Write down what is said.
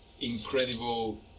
incredible